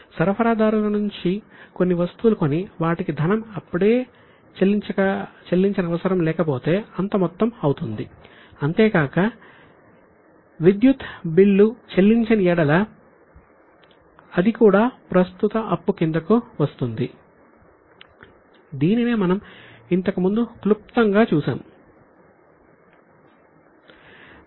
సరఫరాదారుల నుంచి కొన్ని వస్తువులు కొని వాటికి ధనం అప్పుడే చెల్లించనవసరం లేకపోతే అంత మొత్తం ప్రస్తుత అప్పు అవుతుంది అంతేకాక విద్యుత్ బిల్లు చెల్లించని ఎడల అది కూడా ప్రస్తుత అప్పు కిందకు వస్తుంది దీనినే మనం ఇంతకుముందు క్లుప్తంగా చూశాం